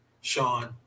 Sean